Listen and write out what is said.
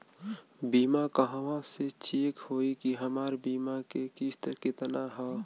बीमा कहवा से चेक होयी की हमार बीमा के किस्त केतना ह?